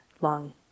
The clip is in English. long